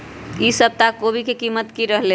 ई सप्ताह कोवी के कीमत की रहलै?